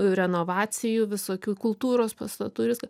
renovacijų visokių kultūros pastatų ir visko